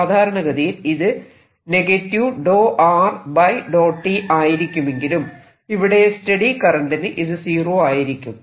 സാധാരണ ഗതിയിൽ ഇത് ∂∂ t ആയിരിക്കുമെങ്കിലും ഇവിടെ സ്റ്റെഡി കറന്റിന് ഇത് സീറോ ആയിരിക്കും